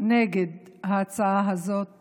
נגד ההצעה הזאת